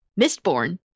mistborn